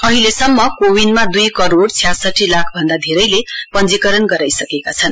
अहिलेसम्म कोविनका दूई करोड छ्यासठी लाखभन्दा धेरैले पञ्जीकरण गराईसकेका छन